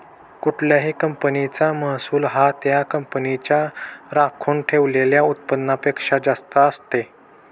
कुठल्याही कंपनीचा महसूल हा त्या कंपनीच्या राखून ठेवलेल्या उत्पन्नापेक्षा जास्त असते